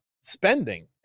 spending